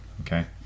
Okay